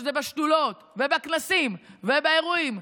שזה בשדולות ובכנסים ובאירועים,